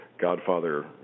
Godfather